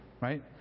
right